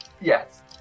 Yes